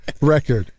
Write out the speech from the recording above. record